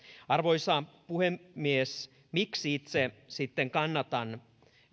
arvoisa puhemies miksi itse sitten kannatan